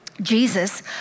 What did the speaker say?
Jesus